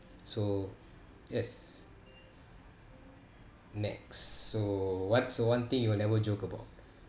so yes next so what's the one thing you will never joke about